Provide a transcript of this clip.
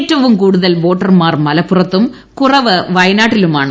ഏറ്റവും കൂടുതൽ വോട്ടർമാർ മലപ്പുറത്തും കുറവ് വയനാട്ടിലുമാണ്